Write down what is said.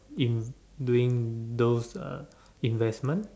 in doing those uh investment